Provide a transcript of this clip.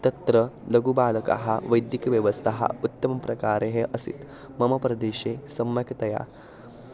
तत्र लघुबालकाः वैद्यकव्यवस्थाः उत्तमप्रकारे असीत् मम प्रदेशे सम्यक्तया